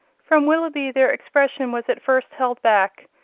from willoughby their expression was at first held back,